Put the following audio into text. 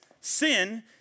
Sin